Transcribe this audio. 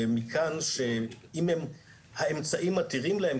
ומכאן שאם האמצעים מתירים להם,